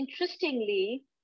Interestingly